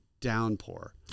downpour